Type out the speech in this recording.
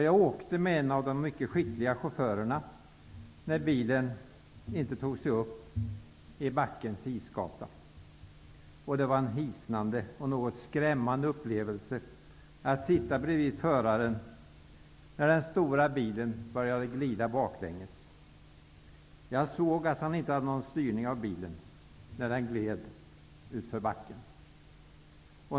Jag åkte med en av de mycket skickliga chaufförerna en gång när bilen inte tog sig upp i backen, där det var isgata. Det var en hisnande och något skrämmande upplevelse att sitta bredvid föraren när den stora bilen började glida baklänges. Jag såg att han inte hade någon styrning på bilen när den gled utför backen.